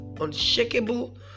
unshakable